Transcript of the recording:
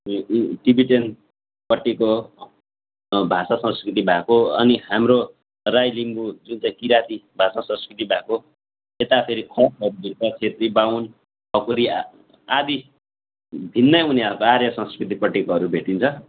यो यो टिबिटेनपट्टिको भाषा संस्कृति भएको अनि हाम्रो राई लिम्बु जुन चाहिँ किराँती भाषा संस्कृति भएको यता फेरि खसहरूभित्र छेत्री बाहुन ठकुरी आदि भिन्नै उनीहरू आर्य संस्कृतिपट्टिकोहरू भेटिन्छ